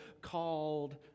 called